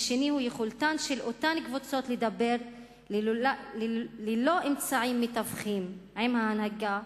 והשני הוא יכולתן של אותן קבוצות לדבר ללא אמצעים מתווכים עם ההנהגה,